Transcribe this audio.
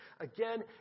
Again